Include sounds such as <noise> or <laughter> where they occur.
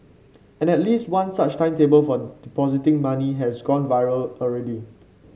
and at least one such timetable for <unintelligible> depositing money has gone viral already